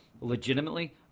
legitimately